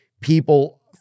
people